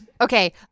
Okay